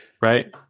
Right